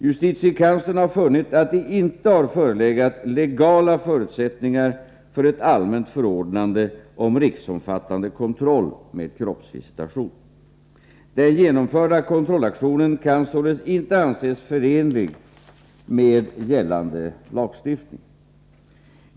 Justitiekanslern har funnit att det inte har förelegat legala förutsättningar för ett allmänt förordnande om riksomfattande kontroll med kroppsvisitation. Den genomförda kontrollaktionen kan således inte anses förenlig med gällande lagstiftning.